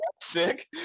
sick